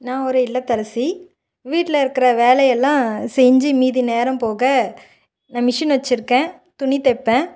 நான் ஒரு இல்லத்தரசி வீட்டில் இருக்கிற வேலையெல்லாம் செஞ்சு மீதி நேரம் போக நான் மிஷின் வச்சிருக்கேன் துணி தைப்பேன்